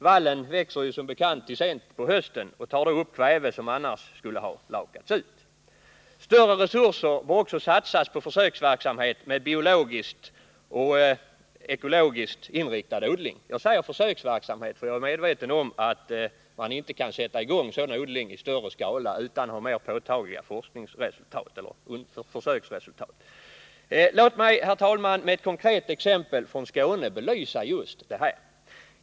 Vallen växer som bekant till sent på hösten och tar då upp kväve, som annars skulle ha lakats ut. Större resurser bör också satsas på försöksverksamhet med biologiskt och ekologiskt inriktad odling. Jag säger försöksverksamhet, för jag är medveten om att man inte kan sätta i gång sådan odling i större skala utan påtagliga forskningsresultat eller försöksresultat. Låt mig, herr talman, med ett konkret exempel från Skåne belysa just detta.